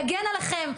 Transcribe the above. יגן עליכם,